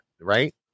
right